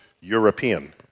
European